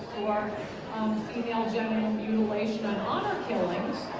for female genital mutilation and honor killings